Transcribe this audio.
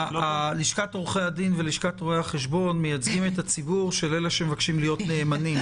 לשכות אלה מייצגות את הציבור של אלה שמבקשים להיות נאמנים.